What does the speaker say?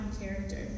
character